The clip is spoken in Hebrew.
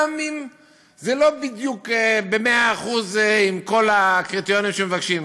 גם אם זה לא בדיוק במאה אחוז עם כל הקריטריונים שמבקשים,